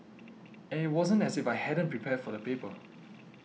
and it wasn't as if I hadn't prepared for the paper